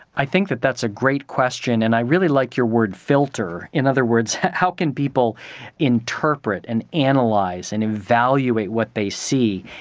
i think that that's a great question and i really like your word filter. in other words, how can people interpret and and analyse and evaluate what they see?